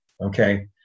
okay